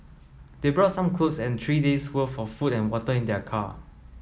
they brought some clothes and three day's worth of food and water in their car